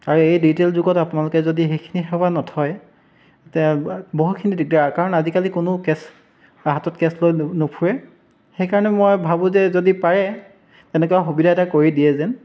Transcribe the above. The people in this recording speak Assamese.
আৰু এই ডিজিটেল যুগত আপোনালোকে যদি সেইখিনি সেৱা নথয় তে বহুখিনি দিগদাৰ কাৰণ আজিকালি কোনো কেছ হাতত কেছ লৈ নু নুফুৰে সেইকাৰণে মই ভাবোঁ যে যদি পাৰে তেনেকুৱা সুবিধা এটা কৰি দিয়ে যেন